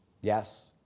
Yes